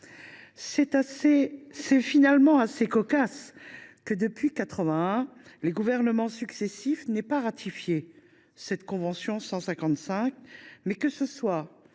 C’est finalement assez cocasse que, depuis 1981, les gouvernements successifs n’aient pas ratifié la convention n° 155 et que ce soit